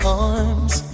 arms